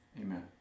Amen